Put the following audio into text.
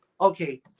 okay